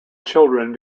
children